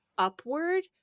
upward